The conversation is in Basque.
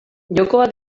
jokoa